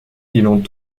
filantes